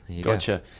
Gotcha